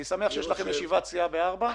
אני שמח שיש לכם ישיבת סיעה ב-16:00,